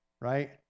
right